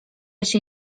się